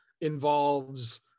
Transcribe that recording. involves